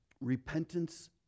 Repentance